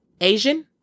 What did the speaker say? Asian